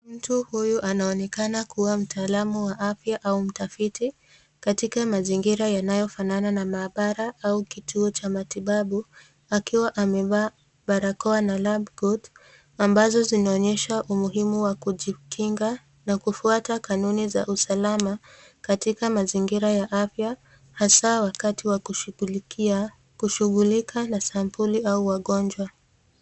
Mtu huyu anaonekana kuwa mtaalamu wa afya au mtafiti katika mazingira yanayofanana na mahabara au kituo cha matibabu akiwa amevaa barakoa na lab coat ambazo zinaonyesha umuhimu wa kujikinga na kufuata kanuni za usalama katika mazingira ya afya hasa wakati ya kushughulika na sampuli au wagonjwa.